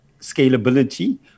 scalability